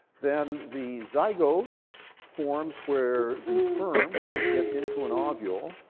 then the zygote forms where the sperm gets into an ah ovule,